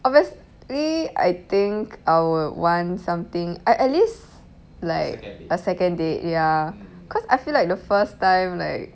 obviously I think I would want something I at least like a second they ya cause I feel like the first time like